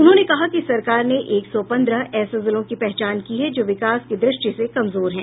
उन्होंने कहा कि सरकार ने एक सौ पन्द्रह ऐसे जिलों की पहचान की है जो विकास की दृष्टि से कमजोर हैं